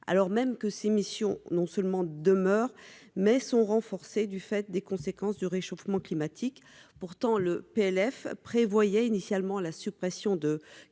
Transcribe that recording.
alors même que ses missions non seulement demeure mais sont renforcés du fait des conséquences du réchauffement climatique, pourtant le PLF prévoyait initialement la suppression de